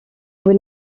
vous